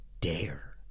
dare